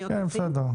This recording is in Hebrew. התקן.